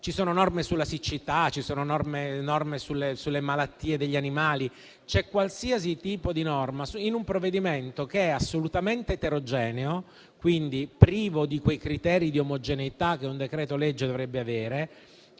Ci sono norme sulla siccità, ci sono norme sulle malattie degli animali, c'è qualsiasi tipo di norma in un provvedimento che è assolutamente eterogeneo, quindi privo di quei criteri di omogeneità che un decreto-legge dovrebbe avere,